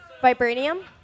Vibranium